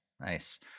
nice